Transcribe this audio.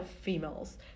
females